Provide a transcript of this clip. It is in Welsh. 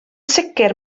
sicr